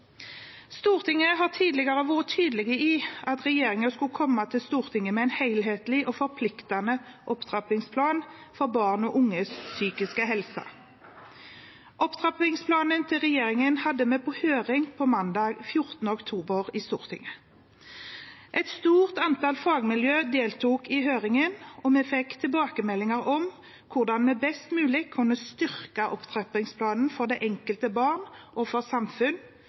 Stortinget har tidligere vært tydelig på at regjeringen skulle komme til Stortinget med en helhetlig og forpliktende opptrappingsplan for barn og unges psykiske helse. Opptrappingsplanen til regjeringen hadde vi på høring i Stortinget mandag 14. oktober. Et stort antall fagmiljøer deltok i høringen, og vi fikk tilbakemeldinger om hvordan vi best mulig kunne styrke opptrappingsplanen for det enkelte barn og for